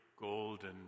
golden